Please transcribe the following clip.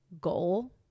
goal